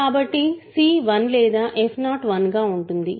కాబట్టి c 1 లేదా f0 1 గా ఉంటుంది